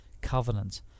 covenant